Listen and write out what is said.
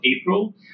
April